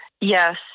Yes